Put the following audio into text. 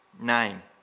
name